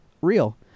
real